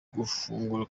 gufungura